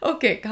Okay